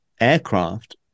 aircraft